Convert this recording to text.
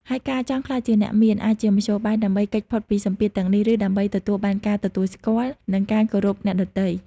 ហើយការចង់ ក្លាយជាអ្នកមាន អាចជាមធ្យោបាយដើម្បីគេចផុតពីសម្ពាធទាំងនេះ ឬដើម្បីទទួលបានការទទួលស្គាល់ និងការគោរពពីអ្នកដទៃ។